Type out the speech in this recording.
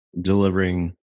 delivering